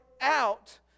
out